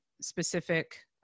specific